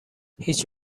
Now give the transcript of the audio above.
هیچ